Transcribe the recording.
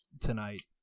tonight